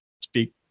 speak